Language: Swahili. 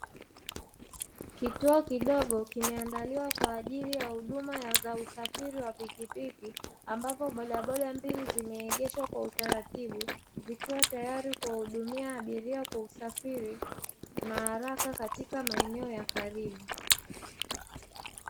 Kituo kidogo kimeandaliwa kwa ajili ya huduma za pikipiki ambapo bodaboda mbili zimeegeshwa kwa utaratibu, zikiwa tayari kuwahudumia abiria kwa usafiri na haraka katika maeneo ya karibu.